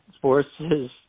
forces